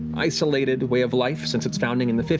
isolated way of life, since its founding in the